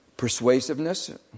Persuasiveness